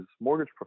mortgage